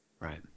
Right